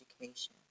Education